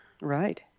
Right